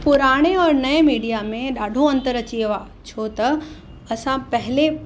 पुराणे और नए मीडिया में ॾाढो अंतर अची वियो आहे छो त असां पहिले